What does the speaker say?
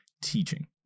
teaching